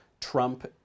Trump